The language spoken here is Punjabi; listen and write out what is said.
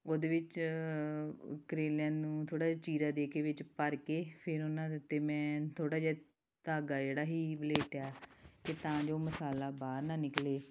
ਉਹਦੇ ਵਿੱਚ ਕਰੇਲਿਆਂ ਨੂੰ ਥੋੜ੍ਹਾ ਜਿਹਾ ਚੀਰਾ ਦੇ ਕੇ ਵਿੱਚ ਭਰ ਕੇ ਫਿਰ ਉਹਨਾਂ ਦੇ ਉੱਤੇ ਮੈਂ ਥੋੜ੍ਹਾ ਜਿਹਾ ਧਾਗਾ ਜਿਹੜਾ ਸੀ ਲਪੇਟਿਆ ਅਤੇ ਤਾਂ ਜੋ ਮਸਾਲਾ ਬਾਹਰ ਨਾ ਨਿਕਲੇ